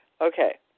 Okay